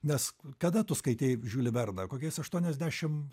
nes kada tu skaitei žiulį verną kokiais aštuoniasdešim